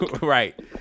right